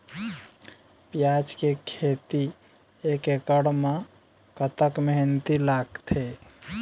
प्याज के खेती एक एकड़ म कतक मेहनती लागथे?